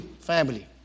family